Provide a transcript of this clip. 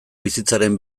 bizitzaren